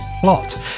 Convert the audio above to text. plot